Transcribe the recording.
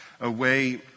away